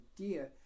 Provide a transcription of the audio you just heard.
idea